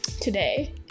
today